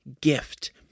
gift